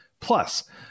Plus